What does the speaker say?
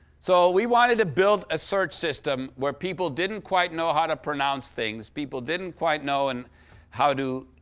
so we wanted to build a search system where people didn't quite know how to pronounce things people didn't quite know and how to,